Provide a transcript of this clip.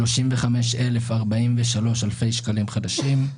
35,043 אלפי שקלים חדשים,